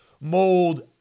mold